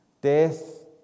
Death